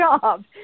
job